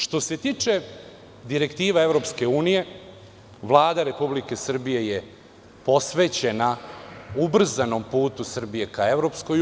Što se tiče direktiva EU, Vlada Republike Srbije je posvećena ubrzanom putu Srbije ka EU.